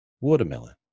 watermelon